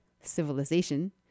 civilization